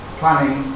planning